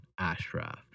Ashraf